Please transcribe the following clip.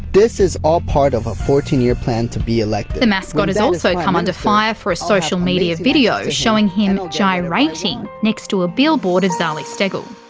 this is all part of a fourteen year plan to be elected. the mascot has also come under fire for a social media video showing him gyrating next to a billboard of zali steggall.